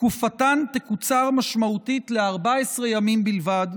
תקופתן תקוצר משמעותית ל-14 ימים בלבד,